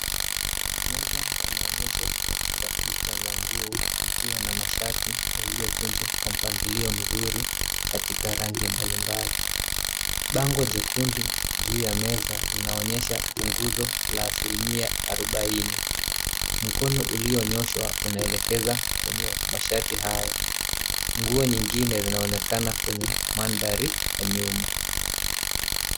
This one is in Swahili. Meza ya maonyesho katika duka la nguo ikiwa na masbati yaliyokunjwa kwa mpangilio mzuri katika rangi mbalimbali. Bango jekundu juu ya meza linaonyesha punguzo la asilimia arubaini. Mkono ulionyooshwa unaelekezwa kwenye mashati haya. Nguo nyingine zinaonekana kwenye mandhari ya nyuma.